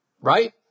Right